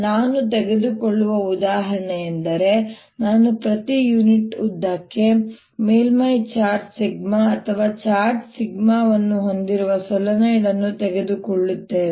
ನಾನು ತೆಗೆದುಕೊಳ್ಳುವ ಉದಾಹರಣೆಯೆಂದರೆ ನಾವು ಪ್ರತಿ ಯುನಿಟ್ ಉದ್ದಕ್ಕೆ ಮೇಲ್ಮೈ ಚಾರ್ಜ್ σ ಅಥವಾ ಚಾರ್ಜ್ ವನ್ನು ಹೊಂದಿರುವ ಸೊಲೆನಾಯ್ಡ್ ಅನ್ನು ತೆಗೆದುಕೊಳ್ಳುತ್ತೇವೆ